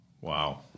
Wow